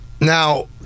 Now